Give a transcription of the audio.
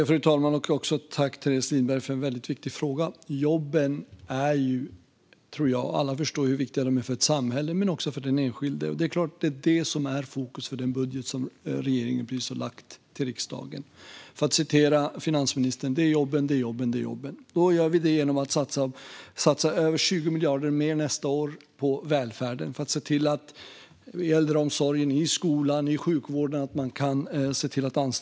Fru talman! Tack, Teres Lindberg, för en väldigt viktig fråga! Alla förstår hur viktiga jobben är för ett samhälle men också för den enskilde. Det är det som är fokus för den budget som regeringen precis har lagt på riksdagens bord. För att säga som finansministern: Det är jobben, det är jobben, det är jobben. Vi satsar över 20 miljarder mer nästa år på välfärden - på att se till att man i äldreomsorgen, skolan och sjukvården kan anställa fler.